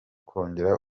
kongera